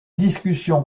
discussions